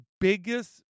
biggest